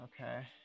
okay